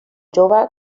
jove